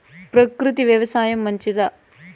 ప్రకృతి వ్యవసాయం మంచిదా?